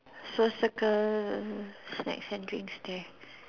so circle snacks and drinks there